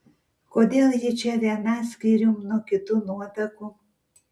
kodėl ji čia viena skyrium nuo kitų nuotakų